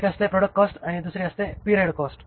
एक असते product cost आणि दुसरी असते पिरेड कॉस्ट